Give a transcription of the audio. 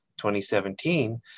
2017